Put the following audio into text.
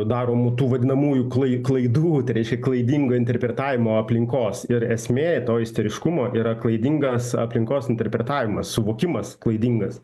daromų tų vadinamųjų klai klaidų tai reiškia klaidingo interpretavimo aplinkos ir esmė to isteriškumo yra klaidingas aplinkos interpretavimas suvokimas klaidingas